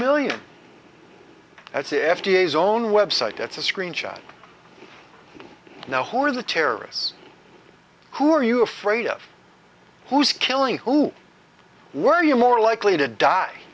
million that's the f d a has own website that's a screen shot now who are the terrorists who are you afraid of who's killing who were you more likely to die